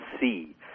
see